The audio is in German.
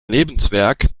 lebenswerk